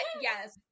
yes